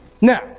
Now